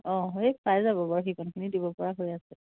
অঁ সেই পাই যাব বাৰু সিমানখিনি দিবপৰা হৈ আছে